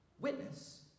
witness